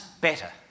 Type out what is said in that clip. better